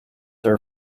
are